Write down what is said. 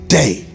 day